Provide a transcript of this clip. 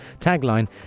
tagline